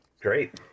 great